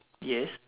yes